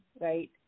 right